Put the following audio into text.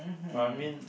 but I mean